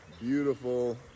Beautiful